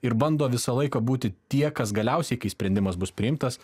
ir bando visą laiką būti tie kas galiausiai kai sprendimas bus priimtas